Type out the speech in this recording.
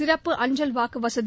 சிறப்பு அஞ்சல் வாக்கு வசதி